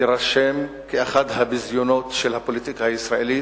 יירשם כאחד הביזיונות של הפוליטיקה הישראלית,